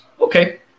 okay